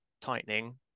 tightening